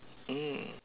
mm